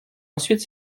ensuite